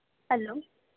hello